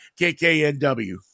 KKNW